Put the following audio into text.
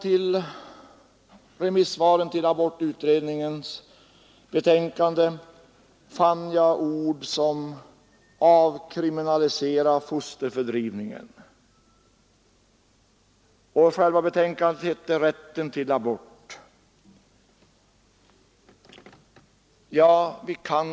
I remissvaren till abortutredningens betänkande har jag funnit uttryck som ”avkriminalisera fosterfördrivningen”, och själva betänkandet hade rubriken Rätten till abort.